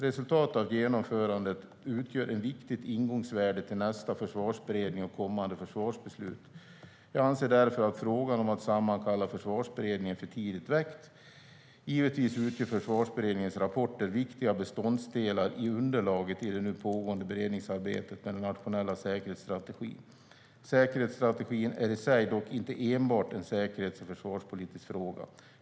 Resultatet av genomförandet utgör ett viktigt ingångsvärde till nästa försvarsberedning och kommande försvarsbeslut. Jag anser därför att frågan om att sammankalla Försvarsberedningen är för tidigt väckt. Givetvis utgör Försvarsberedningens rapporter viktiga beståndsdelar i underlaget i det nu pågående beredningsarbetet med den nationella säkerhetsstrategin. Säkerhetsstrategin i sig är dock inte enbart en säkerhets och försvarspolitisk fråga.